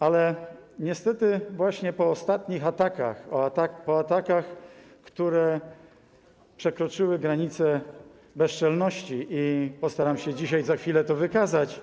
Ale niestety po ostatnich atakach, po atakach, które przekroczyły granice bezczelności, i postaram się dzisiaj za chwilę to wykazać.